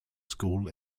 school